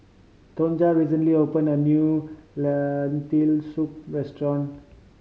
Tonja recently opened a new Lentil Soup restaurant